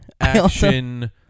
action